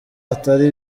atari